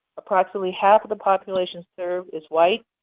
approximately half of the population served is white,